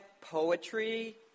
poetry